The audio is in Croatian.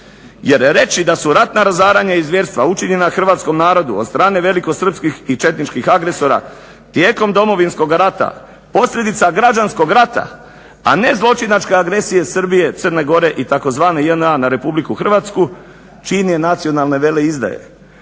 jer reći da su ratna razaranja i zvjerstva učinjena hrvatskom narodu od strane velikosrpskih i četničkih agresora tijekom Domovinskoga rata posljedica građanskog rata a ne zločinačke agresije Crne Gore i tzv. JNA na RH čin je nacionalne veleizdaje.